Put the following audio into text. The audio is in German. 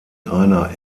einer